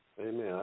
Amen